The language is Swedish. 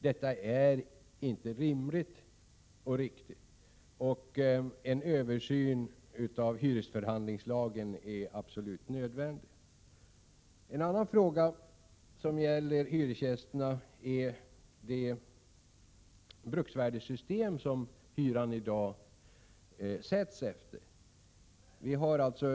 Detta är inte rimligt och riktigt. En översyn av hyresförhandlingslagen är absolut nödvändig. En annan fråga som gäller hyresgästerna handlar om det bruksvärdessystem som i dag ligger till grund för hyressättningen.